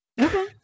Okay